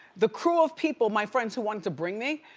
the crew of people, my friends who wanted to bring me.